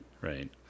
Right